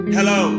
Hello